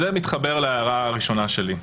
זה מתחבר להערה הראשונה שלי.